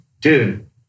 dude